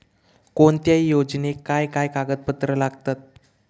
कोणत्याही योजनेक काय काय कागदपत्र लागतत?